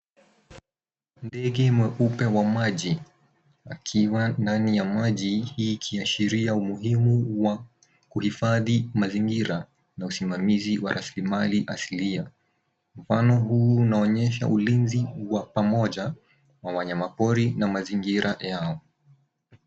Ndege mweupe wa maji akiwa ndani ya maji, hii ikiashiria umuhimu wa kuhifadhi mazingira na usimamizi wa rasilimali asilia. Mfano huu unaonyesha ulinzi wa pamoja wa wanyama pori na mazingira yao.